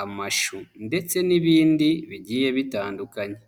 amashu ndetse n'ibindi bigiye bitandukanye.